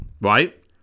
right